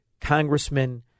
congressmen